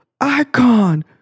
icon